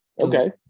Okay